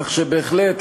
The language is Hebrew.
כך שבהחלט,